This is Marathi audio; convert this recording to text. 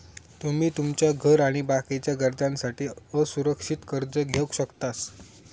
तुमी तुमच्या घर आणि बाकीच्या गरजांसाठी असुरक्षित कर्ज घेवक शकतास